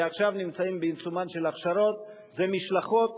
ועכשיו נמצאים בעיצומן של הכשרות למשלחות